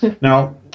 Now